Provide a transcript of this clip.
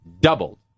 doubled